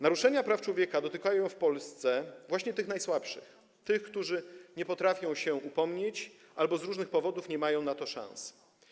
Naruszenia praw człowieka dotykają w Polsce właśnie tych najsłabszych, tych, którzy nie potrafią się o nie upomnieć albo z różnych powodów nie mają na to szans.